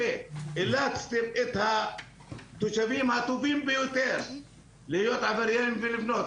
אילצתם את התושבים הטובים ביותר להיות עבריינים ולבנות.